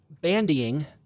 bandying